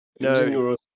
no